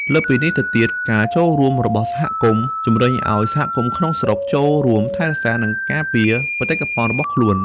លើសពីនេះទៅទៀត ការចូលរួមរបស់សហគមន៍ ជំរុញឲ្យសហគមន៍ក្នុងស្រុកចូលរួមថែរក្សា និងការពារបេតិកភណ្ឌរបស់ខ្លួន។